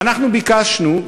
וביקשנו,